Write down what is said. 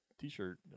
T-shirt